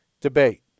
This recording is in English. debate